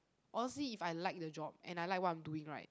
honestly if I like the job and I like what I'm doing right